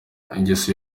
ingeso